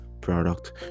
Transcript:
product